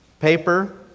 paper